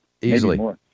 Easily